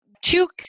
two